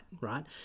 right